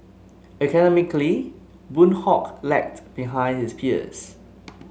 academically Boon Hock lagged behind his peers